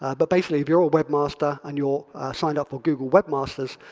ah but basically, if you're a webmaster and you're signed up for google webmaster's,